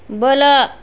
ಬಲ